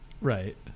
Right